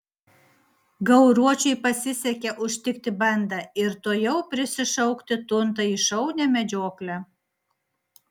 gauruočiui pasisekė užtikti bandą ir tuojau prisišaukti tuntą į šaunią medžioklę